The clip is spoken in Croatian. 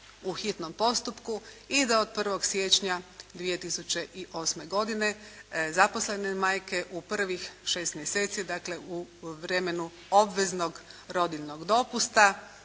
u hitnom postupku i da od 1. siječnja 2008. godine, zaposlene majke u prvih 6 mjeseci, dakle, u vremenu obveznog rodiljnog dopusta